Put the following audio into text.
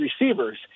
receivers